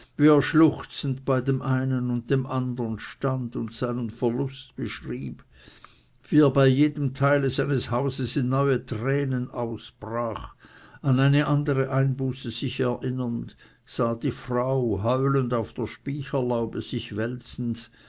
schluchzend bei dem einen und dem andern stand und seinen verlust beschrieb wie er bei jedem teile seines hauses in neue tränen ausbrach an eine andere einbuße sich erinnernd sah die frau heulend auf der spycherlaube sich wälzen